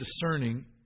discerning